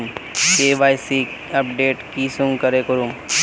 KYC update कुंसम करे करूम?